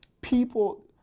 People